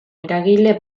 eragile